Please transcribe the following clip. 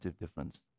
difference